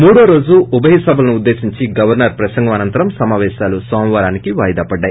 మూడో రోజు ఉభయ సభలను ఉద్దేశించి గవర్పర్ ప్రసంగం అనంతరం సమాపేశాలు నో మవారానికి వాయిదా పడ్డాయి